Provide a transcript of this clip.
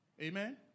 Amen